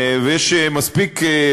ויש מספיק,